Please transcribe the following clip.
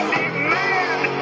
demand